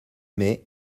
mai